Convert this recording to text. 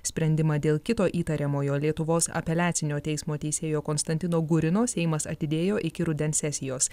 sprendimą dėl kito įtariamojo lietuvos apeliacinio teismo teisėjo konstantino gurino seimas atidėjo iki rudens sesijos